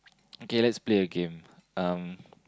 okay let's play a game um